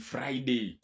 Friday